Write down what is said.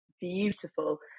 beautiful